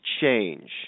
change